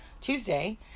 Tuesday